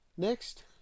Next